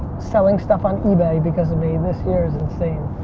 selling stuff on ebay because of me this year is insane.